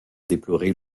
déplorer